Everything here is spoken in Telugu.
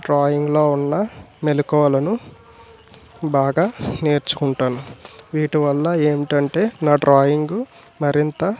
డ్రాయింగ్లో ఉన్న మెలకువలను బాగా నేర్చుకుంటాను వీటి వల్ల ఏంటంటే నా డ్రాయింగు మరింత